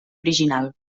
original